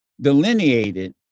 delineated